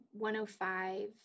105